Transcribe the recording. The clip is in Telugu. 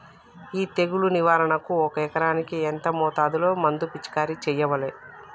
ఈ తెగులు నివారణకు ఒక ఎకరానికి ఎంత మోతాదులో మందు పిచికారీ చెయ్యాలే?